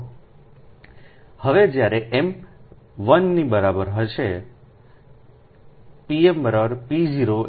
હવે જ્યારે એમ 1 ની બરાબર હોયpmp01